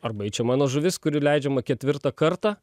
arba čia mano žuvis kuri leidžiama ketvirtą kartą